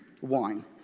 wine